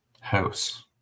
house